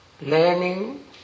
learning